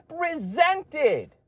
represented